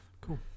cool